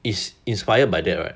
is inspired by that right